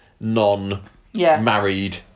non-married